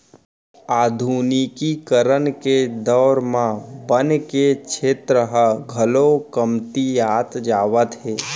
आधुनिकीकरन के दौर म बन के छेत्र ह घलौ कमतियात जावत हे